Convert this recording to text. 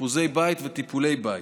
אשפוזי בית וטיפולי בית.